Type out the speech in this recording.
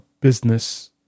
business